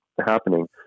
happening